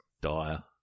dire